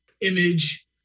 image